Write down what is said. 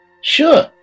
Sure